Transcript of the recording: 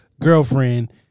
girlfriend